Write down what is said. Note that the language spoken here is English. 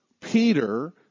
Peter